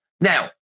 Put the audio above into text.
Now